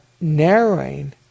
narrowing